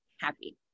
happy